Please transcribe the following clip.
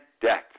death